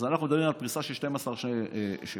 אז אנחנו דנים על פריסה של 12 15 שנים.